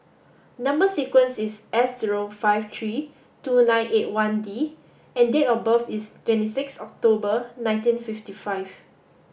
number sequence is S zero five three two nine eight one D and date of birth is twenty six October nineteen fifty five